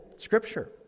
Scripture